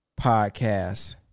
podcast